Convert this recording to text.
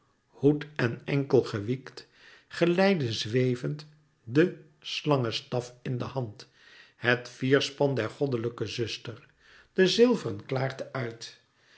pennen en hermes zelve hoed en enkel gewiekt geleidde zwevend den slangestaf in de hand het vierspan der goddelijke zuster de zilveren klaarte uit